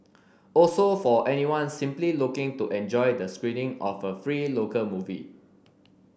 also for anyone simply looking to enjoy the screening of a free local movie